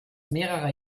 mehrerer